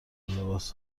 لباس